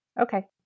Okay